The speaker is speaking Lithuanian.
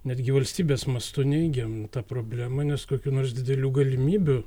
netgi valstybės mastu neigiam tą problemą nes kokių nors didelių galimybių